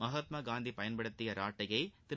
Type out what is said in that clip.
மகாத்மா காந்தி பயன்படுத்திய ராட்டையை திரு